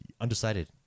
Undecided